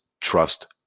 Trust